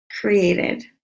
created